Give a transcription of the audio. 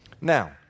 Now